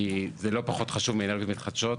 כי זה לא פחות חשוב מאנרגיות מתחדשות.